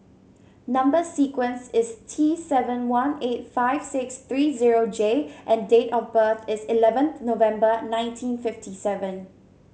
number sequence is T seven one eight five six three zero J and date of birth is eleventh November nineteen fifty seven